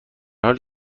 حالی